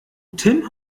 tim